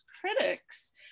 critics